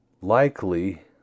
likely